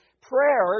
prayer